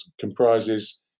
comprises